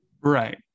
Right